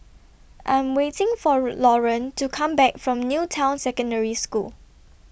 I'm waiting For Loran to Come Back from New Town Secondary School